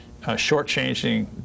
shortchanging